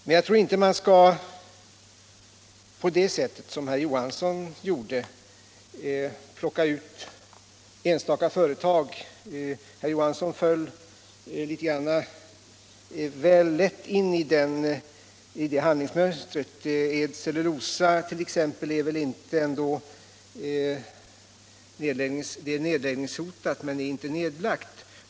Men jag tror inte att man skall plocka ut enstaka företag på det sätt som herr Johansson gör. Herr Johansson föll väl lätt in i det handlingsmönstret. Inom cellulosabranschen t.ex. är ett företag visserligen nedläggningshotat men inte nedlagt.